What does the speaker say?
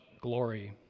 glory